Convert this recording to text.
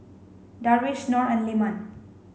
Darwish Nor and Leman